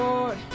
Lord